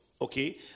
okay